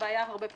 הבעיה הרבה פחות.